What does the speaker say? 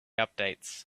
updates